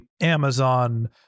Amazon